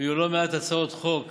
היו לא מעט הצעות חוק